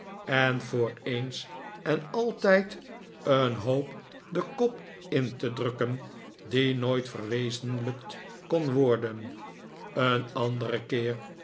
en voor eens en altijd een hoop den kop in te drukken die nooit verwezenlijkt kon worden een anderen keer